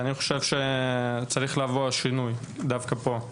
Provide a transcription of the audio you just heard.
אני חושב שצריך לבוא שינוי ומודה לכם